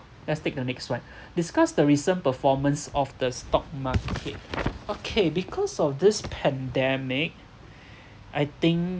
let's take the next one discuss the recent performance of the stock market okay because of this pandemic I think